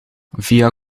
via